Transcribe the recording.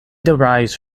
derives